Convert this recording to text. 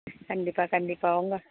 கண்டிப்பாக கண்டிப்பாக உங்கள்